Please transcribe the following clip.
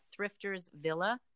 thriftersvilla